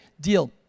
deal